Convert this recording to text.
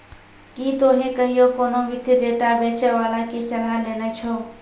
कि तोहें कहियो कोनो वित्तीय डेटा बेचै बाला के सलाह लेने छो?